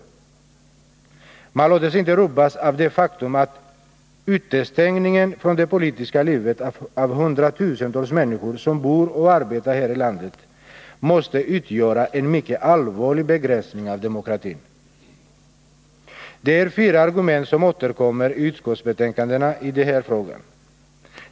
Utskottet låter sig inte heller rubbas av det faktum att utestängningen från det politiska livet av hundratusentals människor, som bor och arbetar här i landet, måste utgöra en mycket allvarlig begränsning av demokratin. Det är fyra argument som återkommer i utskottsbetänkandena i den här frågan.